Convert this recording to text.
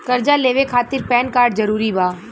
कर्जा लेवे खातिर पैन कार्ड जरूरी बा?